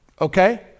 Okay